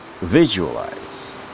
visualize